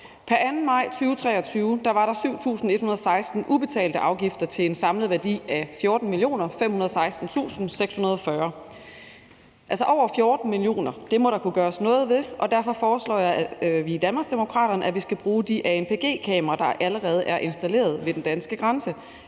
den 2. maj 2023 var der 7.116 ubetalte afgifter til en samlet værdi af 14.516.640 kr., altså over 14 mio. kr. Det må der kunne gøres noget ved, og derfor foreslår vi i Danmarksdemokraterne, at vi skal bruge de anpg-kameraer, der allerede er installeret ved den danske grænse,